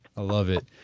love it.